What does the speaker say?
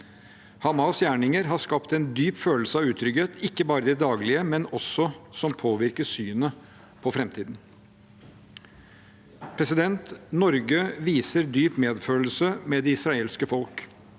Hamas’ gjerninger har skapt en dyp følelse av utrygghet, ikke bare i det daglige, men det vil også påvirke synet på framtiden. Norge viser dyp medfølelse med det israelske folk.